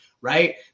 right